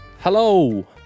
Hello